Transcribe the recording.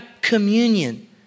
communion